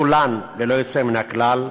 כולן, ללא יוצאת מן הכלל,